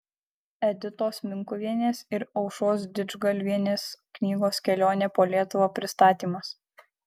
editos minkuvienės ir aušros didžgalvienės knygos kelionė po lietuvą pristatymas